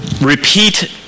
Repeat